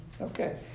Okay